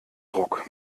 ruck